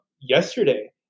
yesterday